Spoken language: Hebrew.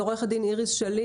אז עו"ד איריס שליט,